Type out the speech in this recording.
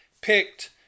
picked